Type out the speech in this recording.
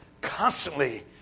Constantly